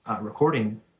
recording